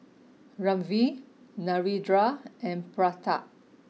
Ramdev Narendra and Pratap